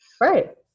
Right